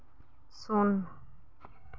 ᱥᱩᱱ